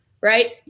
right